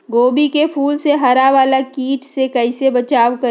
गोभी के फूल मे हरा वाला कीट से कैसे बचाब करें?